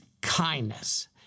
kindness